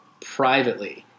privately